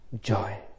joy